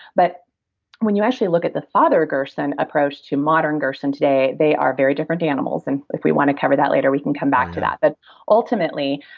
but when you actually look at the father gerson approach to modern gerson today, they are very different animals. and if we want to cover that later, we can come back to that, but ultimately,